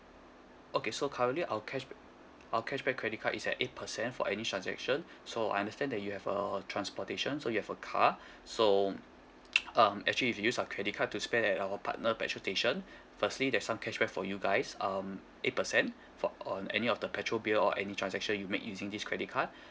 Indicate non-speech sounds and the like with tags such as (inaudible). okay so currently our cashb~ our cashback credit card is at eight percent for any transaction so I understand that you have uh transportation so you have a car so (noise) um actually if you use our credit card to spend at our partner petrol station firstly there's some cashback for you guys um eight percent for on any of the petrol bill or any transaction you make using this credit card